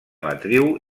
matriu